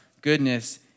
goodness